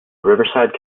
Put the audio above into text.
riverside